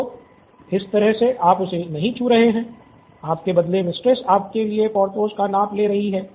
तो इस तरह से आप उसे नहीं छू रहे हैं आपके बदले मिस्ट्रेस्स आपके लिए पार्थोस का नाप ले रही हैं